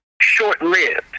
short-lived